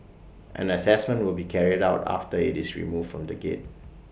an Assessment will be carried out after IT is removed from the gate